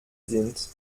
sind